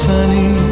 Sunny